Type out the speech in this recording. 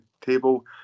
table